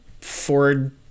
Ford